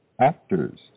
Actors